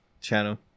channel